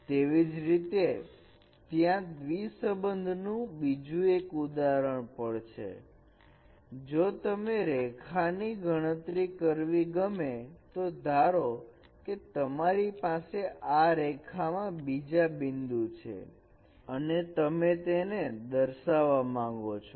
તેવી જ રીતે ત્યાં દ્વિ સંબંધનું બીજું એક ઉદાહરણ પણ છે જો તમને રેખા ની ગણતરી કરવી ગમે તો ધારો કે તમારી પાસે આ રેખા માં બીજા બિંદુ છે અને તમે તેને દર્શાવવા માંગો છો